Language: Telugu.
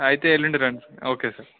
అయితే ఎల్లుండి రండి సార్ ఓకే సార్